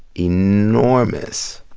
enormous